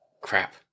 Crap